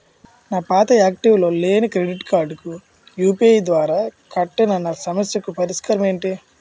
నా పాత యాక్టివ్ లో లేని క్రెడిట్ కార్డుకు యు.పి.ఐ ద్వారా కట్టాను నా సమస్యకు పరిష్కారం ఎంటి?